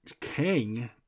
King